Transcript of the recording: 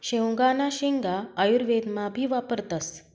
शेवगांना शेंगा आयुर्वेदमा भी वापरतस